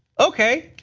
okay,